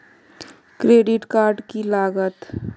Credit card की लागत?